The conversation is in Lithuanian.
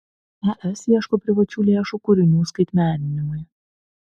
es ieško privačių lėšų kūrinių skaitmeninimui